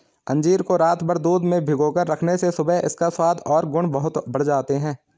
अंजीर को रातभर दूध में भिगोकर रखने से सुबह इसका स्वाद और गुण बहुत बढ़ जाते हैं